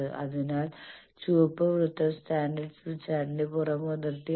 അതിനാൽ ചുവന്ന വൃത്തം സ്റ്റാൻഡേർഡ് സ്മിത്ത് ചാർട്ടിന്റെ പുറം അതിർത്തിയാണ്